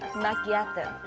macchiato.